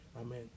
Amen